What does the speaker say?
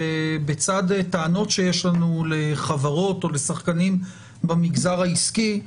ובצד טענות שיש לנו לחברות או לשחקנים במגזר העסקי,